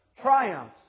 triumphs